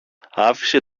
άφησε